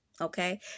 Okay